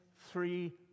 three